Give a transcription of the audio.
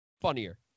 Funnier